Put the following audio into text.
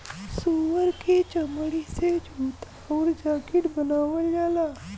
सूअर क चमड़ी से जूता आउर जाकिट बनावल जाला